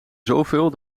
zoveel